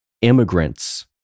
Immigrants